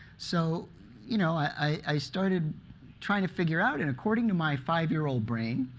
so you know i started trying to figure out, and according to my five-year-old brain,